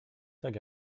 tak